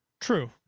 True